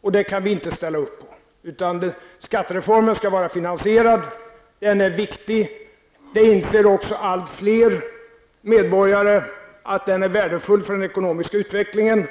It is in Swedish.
och det kan vi inte ställa upp på. Skattereformen skall vara finansierad. Den är viktig. Alltfler medborgare inser också att den är värdefull för den ekonomiska utvecklingen.